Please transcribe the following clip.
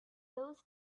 those